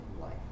life